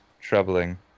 troubling